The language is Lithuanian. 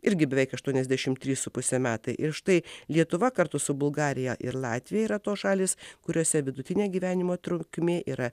irgi beveik aštuoniasdešimt trys su puse metai ir štai lietuva kartu su bulgarija ir latvija yra tos šalys kuriose vidutinė gyvenimo trukmė yra